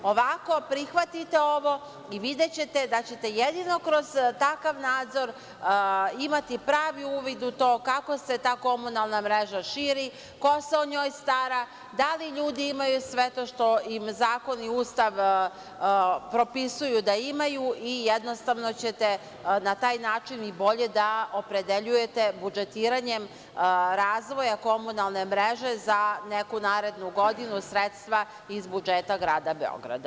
Ovako, prihvatite ovo i videćete da ćete jedino kroz takav nadzor imati pravi uvid u to kako se ta komunalna mreža širi, ko se o njoj stara, da li ljudi imaju sve to što im zakon i Ustav propisuju da imaju i jednostavno ćete na taj način i bolje da opredeljujete budžetiranjem razvoja komunalne mreže za neku narednu godinu sredstva iz budžeta grada Beograda.